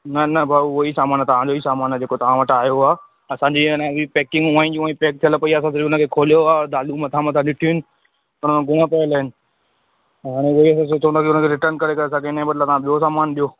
न न भाऊ उहो ई सामान आहे तव्हां जो ई सामान आहे तव्हां जो ई सामान आहे जेको तव्हां वटां आयो आहे असांजी इन जी पैकिंग ऊअं ई जो ऊअं ई पैक थियल पई आहे